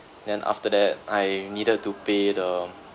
then after that I needed to pay the